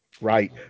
Right